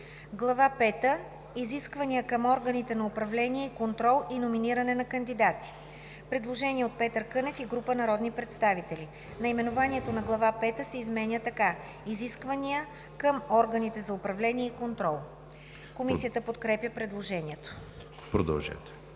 пета – Изисквания към органите на управление и контрол и номиниране на кандидати“. Предложение от Петър Кънев и група народни представители: „Наименованието на Глава пета се изменя така: „Изисквания към органите за управление и контрол“.“ Комисията подкрепя предложението. Комисията